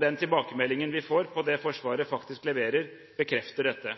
Den tilbakemeldingen vi får på det som Forsvaret faktisk leverer, bekrefter dette.